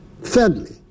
Thirdly